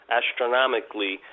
astronomically